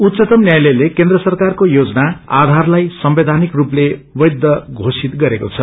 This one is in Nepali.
उच्वतम न्यायालयले केन्द्र सरकारको योजना आयारलाई संवैयानिक रूपले वैय घोषित गरेको छ